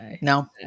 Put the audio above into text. No